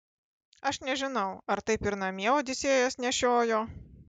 aš nežinau ar taip ir namie odisėjas nešiojo